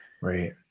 Right